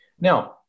Now